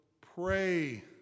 pray